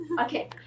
Okay